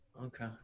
Okay